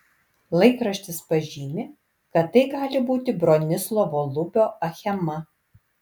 laikraštis pažymi kad tai gali būti bronislovo lubio achema